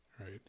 Right